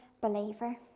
believer